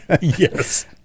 Yes